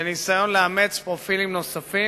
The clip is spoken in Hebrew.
בניסיון לאמץ פרופילים נוספים.